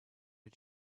did